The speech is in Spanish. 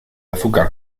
azúcar